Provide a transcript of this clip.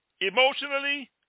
emotionally